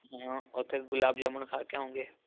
ਹਾਂ ਉੱਥੇ ਗੁਲਾਬ ਜਾਮੁਣ ਖਾ ਕੇ ਆਉਂਗੇ